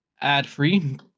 Ad-free